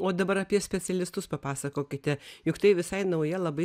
o dabar apie specialistus papasakokite juk tai visai nauja labai